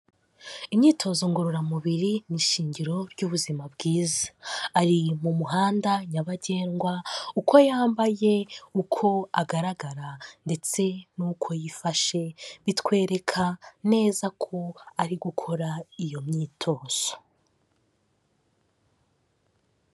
Imyitozo ngororamubiri ni ishingiro ry'ubuzima bwiza, ari mu muhanda nyabagendwa, uko yambaye, uko agaragara ndetse n'uko yifashe, bitwereka neza ko ari gukora iyo myitozo.